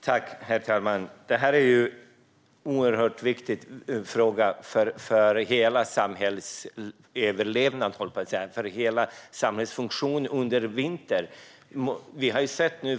Herr talman! Det här är en mycket viktig fråga för hela samhällsfunktionen under vintern.